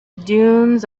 dunes